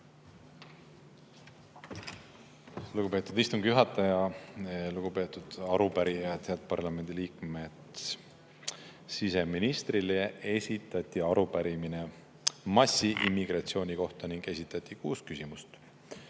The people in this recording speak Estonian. Lugupeetud istungi juhataja! Lugupeetud arupärijad! Head parlamendi liikmed! Siseministrile esitati arupärimine massiimmigratsiooni kohta. Esitati kuus küsimust.